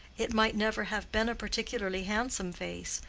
it might never have been a particularly handsome face,